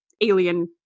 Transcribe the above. alien